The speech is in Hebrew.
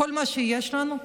כל מה שיש לנו,